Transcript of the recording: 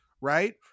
Right